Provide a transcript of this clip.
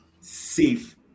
safe